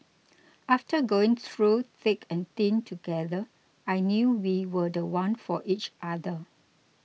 after going through thick and thin together I knew we were the one for each other